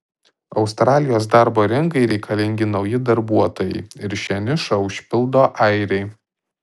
australijos darbo rinkai reikalingi nauji darbuotojai ir šią nišą užpildo airiai